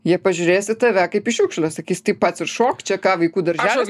jie pažiūrės į tave kaip į šiukšlę sakys taip pats ir šok čia ką vaikų darželis